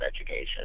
education